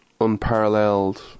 unparalleled